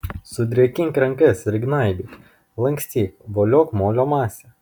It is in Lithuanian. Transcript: sudrėkink rankas ir gnaibyk lankstyk voliok molio masę